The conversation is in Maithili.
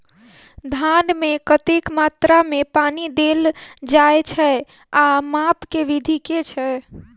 धान मे कतेक मात्रा मे पानि देल जाएँ छैय आ माप केँ विधि केँ छैय?